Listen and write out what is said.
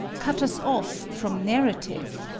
cut us off from narrative,